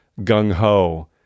gung-ho